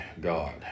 God